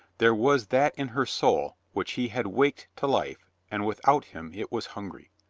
there was that in her soul which he had waked to life and without him it was hungry.